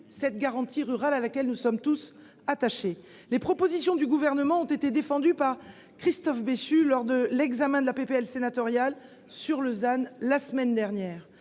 et la garantie rurale, à laquelle nous sommes tous attachés. Les propositions du Gouvernement ont été défendues par Christophe Béchu lors de l'examen de la proposition de loi sénatoriale sur le ZAN la semaine dernière.